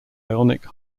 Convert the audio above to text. ionic